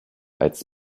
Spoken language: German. als